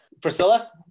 priscilla